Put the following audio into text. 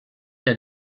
der